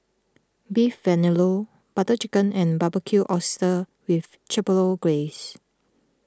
Beef Vindaloo Butter Chicken and Barbecued Oysters with Chipotle Glaze